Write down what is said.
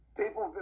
people